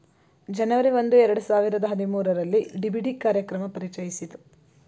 ಜನವರಿ ಒಂದು ಎರಡು ಸಾವಿರದ ಹದಿಮೂರುರಲ್ಲಿ ಡಿ.ಬಿ.ಡಿ ಕಾರ್ಯಕ್ರಮ ಪರಿಚಯಿಸಿತು